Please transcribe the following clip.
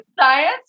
science